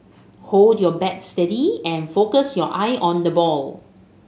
hold your bat steady and focus your eye on the ball